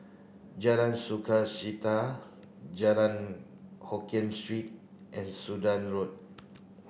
Jalan Sukachita Jalan Hokkien Street and Sudan Road